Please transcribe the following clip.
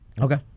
Okay